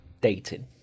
dating